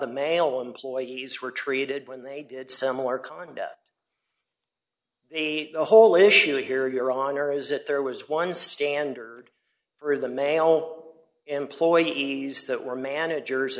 the male employees were treated when they did similar kind a the whole issue here your honor is that there was one standard for the mayo employees that were managers